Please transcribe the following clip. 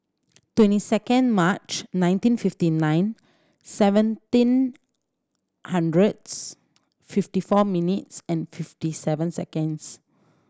twenty second March nineteen fifty nine seventeen hundreds fifty four minutes and fifty seven seconds